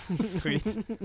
Sweet